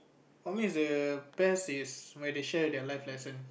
for me it's the best is when they share their life lesson